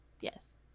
Yes